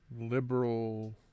liberal